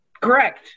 Correct